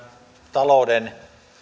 talouden